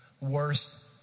worse